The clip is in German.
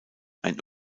ein